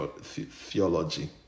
theology